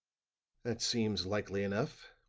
that seems likely enough,